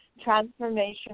Transformation